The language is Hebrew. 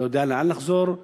לא יודע לאן לחזור,